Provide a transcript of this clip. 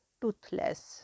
toothless